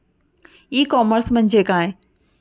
E commerce म्हणजे काय?